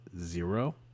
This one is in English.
zero